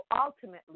ultimately